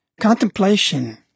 contemplation